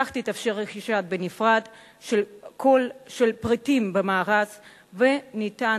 כך תתאפשר רכישה בנפרד של פריטים במארז וניתן